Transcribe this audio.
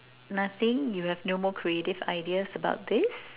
nothing you have no more creative ideas about this